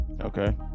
Okay